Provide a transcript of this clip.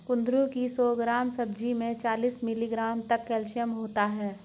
कुंदरू की सौ ग्राम सब्जी में चालीस मिलीग्राम तक कैल्शियम होता है